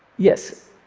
yes,